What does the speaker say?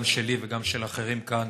גם שלי וגם של אחרים כאן,